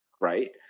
Right